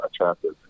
attractive